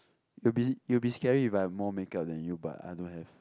it'll be it'll be scary if I have more makeup than you but I don't have